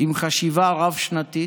עם חשיבה רב-שנתית,